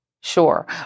Sure